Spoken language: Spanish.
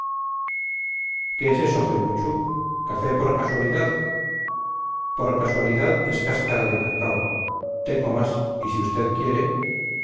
qué es eso zoiluchu café por casualidad por casualidad es cáscara de cacao tengo más y si usted quiere